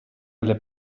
alle